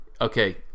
okay